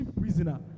prisoner